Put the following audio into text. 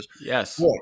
Yes